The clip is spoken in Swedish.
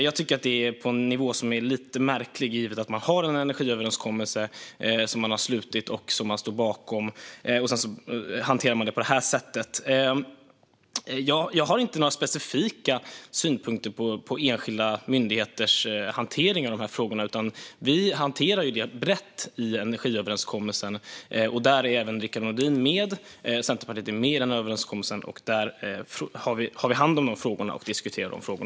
Jag tycker att det är lite märkligt att hantera detta på det sättet givet att det finns en energiöverenskommelse som man har slutit och som man står bakom. Jag har inga specifika synpunkter på enskilda myndigheters hantering av dessa frågor, utan vi hanterar det brett i energiöverenskommelsen. Även Rickard Nordin och Centerpartiet är med i den överenskommelsen, och där har vi hand om och diskuterar dessa frågor.